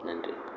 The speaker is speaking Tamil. நன்றி